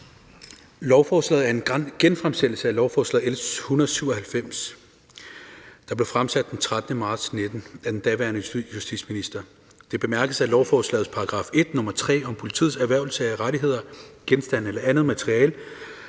Lovforslaget er en genfremsættelse af lovforslag nr. L 197, der blev fremsat den 13. marts 2019 af den daværende justitsminister. Det bemærkes, at lovforslagets § 1, nr. 3, om politiets erhvervelse af rettigheder, genstande eller andet materiale,